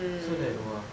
so like !wah!